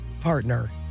partner